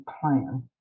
plan